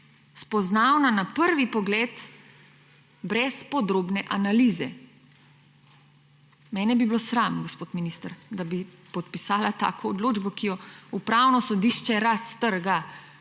spoznavna na prvi pogled brez podrobne analize. Mene bi bilo sram, gospod minister, da bi podpisala tako odločbo, ki jo Upravno sodišče raztrga.